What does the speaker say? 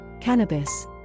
cannabis